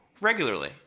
Regularly